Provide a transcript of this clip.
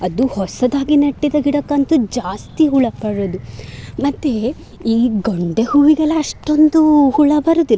ಅದು ಹೊಸದಾಗಿ ನೆಟ್ಟಿದ್ದ ಗಿಡಕ್ಕಂತೂ ಜಾಸ್ತಿ ಹುಳು ಬರೋದು ಮತ್ತು ಈ ಗೊಂಡೆ ಹೂವಿಗೆಲ್ಲ ಅಷ್ಟೊಂದು ಹುಳು ಬರುವುದಿಲ್ಲ